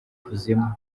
kuzimu